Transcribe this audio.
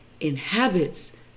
inhabits